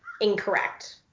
incorrect